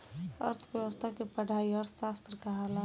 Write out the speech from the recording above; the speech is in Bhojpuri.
अर्थ्व्यवस्था के पढ़ाई अर्थशास्त्र कहाला